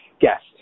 guest